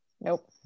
Nope